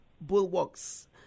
bulwarks